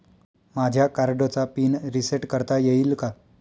माझ्या कार्डचा PIN reset करता येईल का?